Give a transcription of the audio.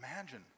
imagine